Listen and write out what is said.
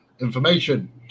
information